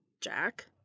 Jack